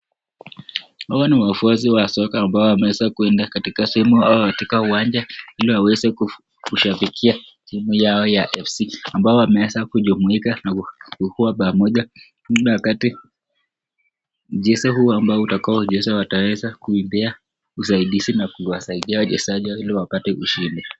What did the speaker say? Hawa ni wafuasi wa soka ambao wameweza kwenda sehemu au katika uwanja ili waweze kushabikia timu yao ya fc ambao wameweza kujumuika na kuwa pamoja ile wakati mchezo huu ambao utakao chezwa wataweza kuipea usaidizi na kuwazaidi wachezaji ili wapate ushindi.